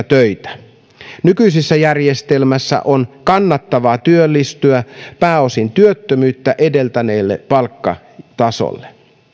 töitä nykyisessä järjestelmässä on kannattavaa työllistyä pääosin työttömyyttä edeltäneelle palkkatasolle